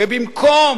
ובמקום